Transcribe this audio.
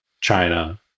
China